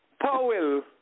Powell